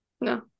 No